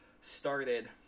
started